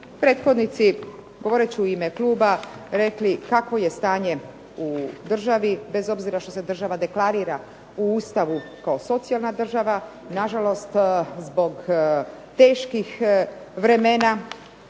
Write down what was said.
prethodnici govoreći u ime kluba rekli kakvo je stanje u državi, bez obzira što se država deklarira u ustavu kao socijalna država, na žalost, zbog teških vremena,